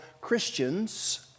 Christians